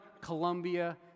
Colombia